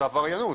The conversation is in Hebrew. זאת עבריינות.